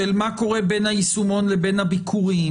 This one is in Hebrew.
של מה קורה בין היישומון לבין הביקורים,